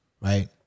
Right